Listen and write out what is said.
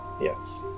Yes